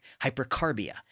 hypercarbia